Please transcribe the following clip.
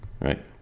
right